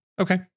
Okay